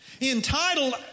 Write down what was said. Entitled